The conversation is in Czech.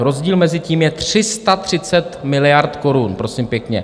Rozdíl mezi tím je 330 miliard korun, prosím pěkně.